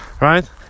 right